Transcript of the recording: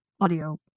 audio